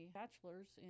bachelor's